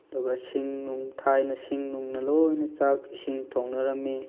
ꯑꯗꯨꯒ ꯁꯤꯡ ꯅꯨꯡ ꯊꯥꯏꯅ ꯁꯤꯡ ꯅꯨꯡꯅ ꯂꯣꯏꯅ ꯆꯥꯛ ꯏꯁꯤꯡ ꯊꯣꯡꯅꯔꯝꯃꯤ